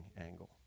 angle